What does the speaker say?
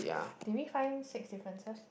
do you find six differences